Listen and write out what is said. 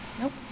Nope